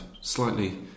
slightly